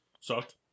Sucked